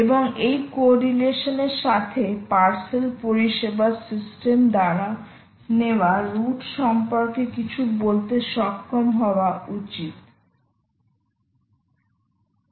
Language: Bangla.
এবং এই কোরিলেশন এর সাথে পার্সেল পরিষেবা সিস্টেম দ্বারা নেওয়া রুট সম্পর্কে কিছু বলতে সক্ষম হওয়া উচিতইউসুফ